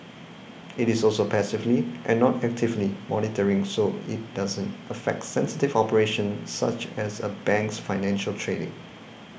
it is also passively and not actively monitoring so it doesn't affect sensitive operations such as a bank's financial trading